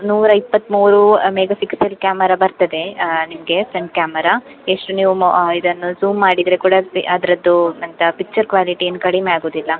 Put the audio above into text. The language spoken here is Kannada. ನೂರ ಇಪ್ಪತ್ತ್ಮೂರು ಮೆಗ ಫಿಕ್ಸಲ್ ಕ್ಯಾಮರ ಬರ್ತದೆ ನಿಮಗೆ ಫ್ರಂಟ್ ಕ್ಯಾಮರ ಎಷ್ಟು ನೀವು ಮ್ ಇದನ್ನು ಝೂಮ್ ಮಾಡಿದರೆ ಕೂಡ ಅಷ್ಟೆ ಅದರದ್ದು ಎಂತ ಪಿಚ್ಚರ್ ಕ್ವಾಲಿಟಿ ಏನು ಕಡಿಮೆ ಆಗುವುದಿಲ್ಲ